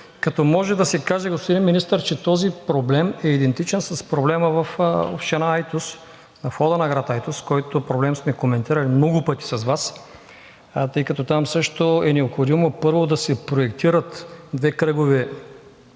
Може да се каже, господин Министър, че този проблем е идентичен с проблема в община Айтос – на входа на град Айтос, който проблем сме коментирали много пъти с Вас, тъй като там също е необходимо първо да се проектират две кръгови